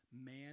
man